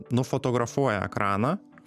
nufotografuoja ekraną